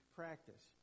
practice